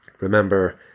Remember